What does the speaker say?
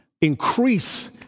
increase